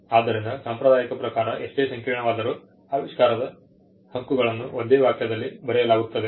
ಆದ್ದರಿಂದ ಸಂಪ್ರದಾಯದ ಪ್ರಕಾರ ಎಷ್ಟೇ ಸಂಕೀರ್ಣವಾದರೂ ಆವಿಷ್ಕಾರದ ಹಕ್ಕುಗಳನ್ನು ಒಂದೇ ವಾಕ್ಯದಲ್ಲಿ ಬರೆಯಲಾಗುತ್ತದೆ